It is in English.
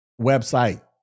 website